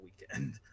weekend